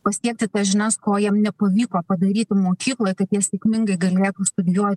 pasiekti tas žinias ko jiem nepavyko padaryti mokykloj kad jie sėkmingai galėtų studijuot